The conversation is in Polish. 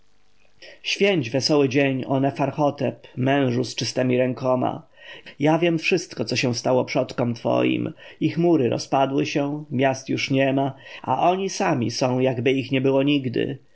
święć wesoły dzień o nefarhotep mężu z czystemi rękoma ja wiem wszystko co się stało przodkom twoim ich mury rozpadły się miast już niema a oni sami są jakby ich nie było nigdy